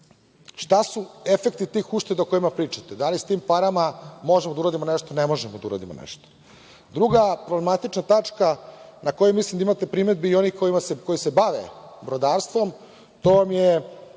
su efekti tih ušteda o kojima pričate? Da li sa tim parama možemo da uradimo nešto? Ne možemo da uradimo nešto. Druga problematična tačka, na koju mislim da imaju primedbi i oni koji se bave brodarstvom, to je